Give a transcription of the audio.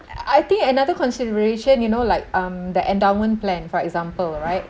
I think another consideration you know like um the endowment plan for example right